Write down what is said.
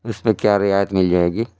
اس پہ کیا رعایت مل جائے گی